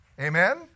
amen